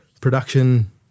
production